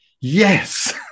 Yes